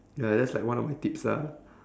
ya that's like one of my tips ah